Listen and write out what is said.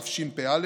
תשפ"א,